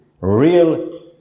real